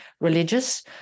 religious